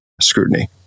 scrutiny